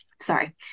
sorry